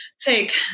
take